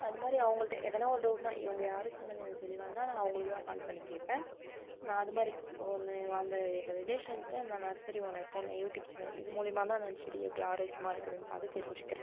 அதுமாதிரி அவங்கள்ட்ட எதுனா ஒரு டவுட்னா இவங்க யாரும் சொன்னது எனக்கு தெளிவாக இல்லைன்னா நான் அவங்களுக்கு தான் கால் பண்ணி கேட்பேன் நான் அதுமாதிரி ஒன்று அந்த எங்கள் ரிலேஷன்ட்ட இல்லை நர்சரி ஓனர்ட்ட இல்லை யூடியூப் சேனல் இது மூலியமாக தான் நான் செடியை எப்படி ஆரோக்கியமாக இருக்குதுன்னு பார்த்து தெரிஞ்சிக்கிட்டேன்